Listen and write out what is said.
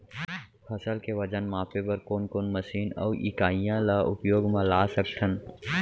फसल के वजन मापे बर कोन कोन मशीन अऊ इकाइयां ला उपयोग मा ला सकथन?